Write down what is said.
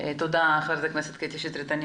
תודה ח"כ קטי שטרית.